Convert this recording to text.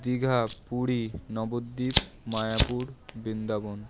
Digha Puri Nabadwip Mayapur Vrindavan